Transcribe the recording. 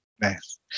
Nice